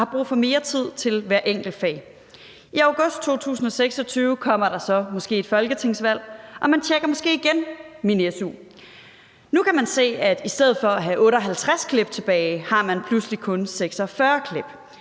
har brug for mere tid til hvert enkelt fag. I august 2026 kommer der så måske et folketingsvalg, og man tjekker måske igen minsu.dk. Nu kan man se, at i stedet for at have 58 klip tilbage, har man pludselig kun 46 klip.